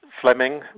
Fleming